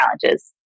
challenges